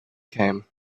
came